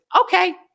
Okay